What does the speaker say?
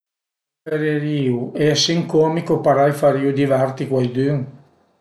Preferirìu esi ën comico parei farìu diverti cuaidün